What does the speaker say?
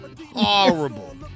horrible